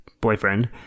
boyfriend